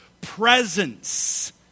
presence